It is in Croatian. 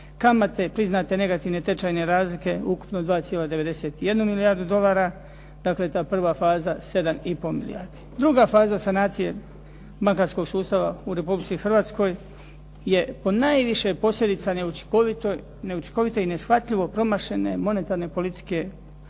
kamate priznate negativne tečajne razlike ukupno 2,91 milijardu dolara. Dakle, ta prva faza 7,5 milijardi. Druga faza sanacije bankarskog sustava u Republici Hrvatskoj je po najviše posljedica neučinkovite i neshvatljivo promašene monetarne politike Hrvatske